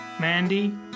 Mandy